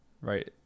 right